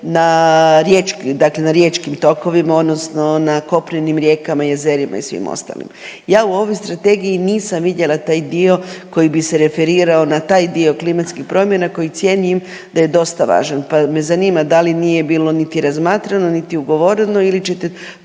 na riječkim tokovima, odnosno na kopnenim rijekama i jezerima i svim ostalim. Ja u ovoj Strategiji nisam vidjela taj dio koji bi se referirao na taj dio klimatskih promjena koji cijenim da je dosta važan pa me zanima, da li nije bilo niti razmatrano niti ugovore ili ćete